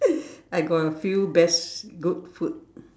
I got a few best good food